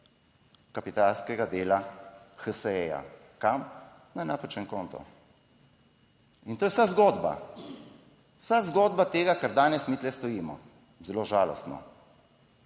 kapitalskega dela HSE. Kam? Na napačen konto. In to je vsa zgodba. Vsa zgodba tega, kar danes mi tu stojimo. Zelo žalostno.